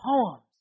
poems